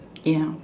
ya